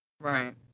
Right